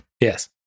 Yes